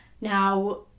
now